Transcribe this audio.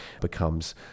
becomes